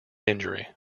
injury